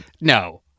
no